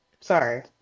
Sorry